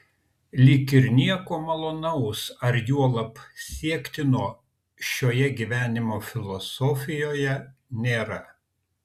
lyg ir nieko malonaus ar juolab siektino šioje gyvenimo filosofijoje nėra